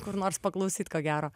kur nors paklausyt ko gero